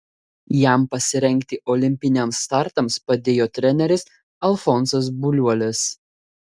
jam pasirengti olimpiniams startams padėjo treneris alfonsas buliuolis